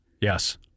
Yes